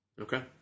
Okay